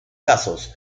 casos